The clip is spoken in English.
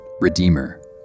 Redeemer